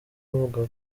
avuga